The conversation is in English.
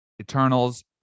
Eternals